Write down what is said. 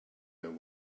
and